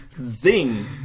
zing